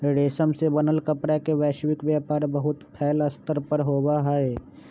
रेशम से बनल कपड़ा के वैश्विक व्यापार बहुत फैल्ल स्तर पर होबा हई